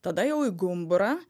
tada jau į gumburą